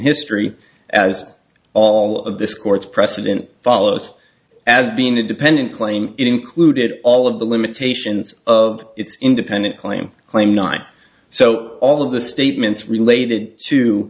history as all of this court's precedent follows as being independent claim included all of the limitations of its independent claim claim not so all of the statements related to